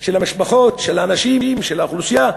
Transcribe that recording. של המשפחות, של האנשים, של האוכלוסייה,